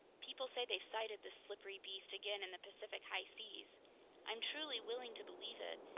people say they've sighted this slippery beast again in the pacific high seas i'm truly willing to believe it,